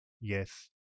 Yes